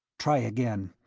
try again.